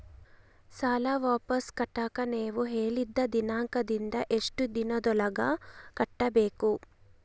ಸಾಲ ವಾಪಸ್ ಕಟ್ಟಕ ನೇವು ಹೇಳಿದ ದಿನಾಂಕದಿಂದ ಎಷ್ಟು ದಿನದೊಳಗ ಕಟ್ಟಬೇಕು?